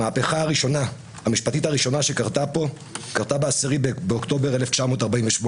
המהפכה המשפטית הראשונה קרתה ב-10 באוקטובר 1948,